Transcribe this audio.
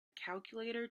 calculator